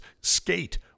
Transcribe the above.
skate